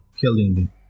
killing